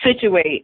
situate